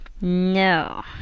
No